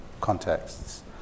contexts